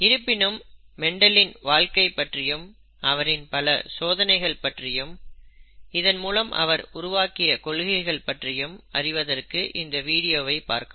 இருப்பினும் மெண்டலின் வாழ்க்கை பற்றியும் அவரின் பல சோதனைகள் பற்றியும் இதன் மூலம் அவர் உருவாக்கிய கொள்கைகள் பற்றியும் அறிவதற்கு இந்த வீடியோவை பார்க்கவும்